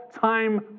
time